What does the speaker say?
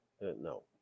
no